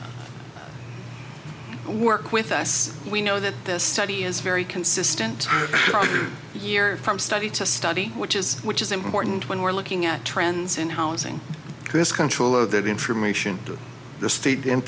work with us we know that this study is very consistent across year from study to study which is which is important when we're looking at trends in housing this control of that information through the state